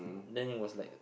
then it was like